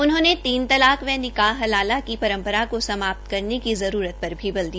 उन्होंने तीन तलाक व निकास हलाला की परम्परा को समाप्त करने की जरूरत पर भी बल दिया